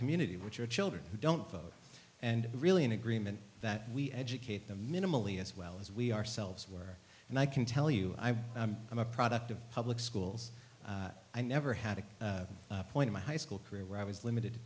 community which are children who don't vote and really an agreement that we educate them minimally as well as we ourselves were and i can tell you i am a product of public schools i never had a point in my high school career where i was limited